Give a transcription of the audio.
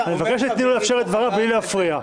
אני מבקש שתתני לו לסיים את דבריו בלי להפריע,